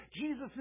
Jesus